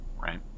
Right